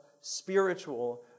spiritual